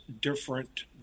different